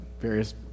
various